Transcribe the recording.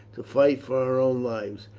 to fight for our own lives.